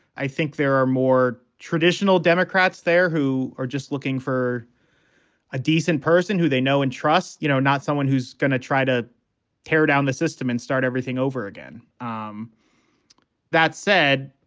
i think there are more traditional democrats there who are just looking for a decent person who they know and trust, you know, not someone who's going to try to tear down the system and start everything over again. um that said,